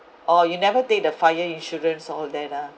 or you never take the fire insurance all that ah